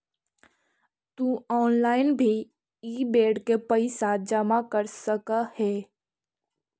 तु ऑनलाइन भी इ बेड के पइसा जमा कर सकऽ हे